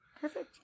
perfect